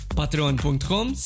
patreon.com